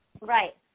Right